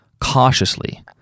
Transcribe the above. cautiously